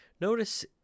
Notice